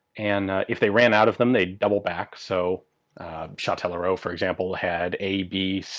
and if they ran out of them they double back. so chatellerault, for example, had. a, b,